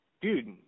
Dude